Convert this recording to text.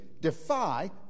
defy